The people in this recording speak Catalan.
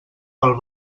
pel